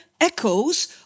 echoes